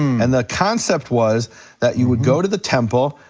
and the concept was that you would go to the temple,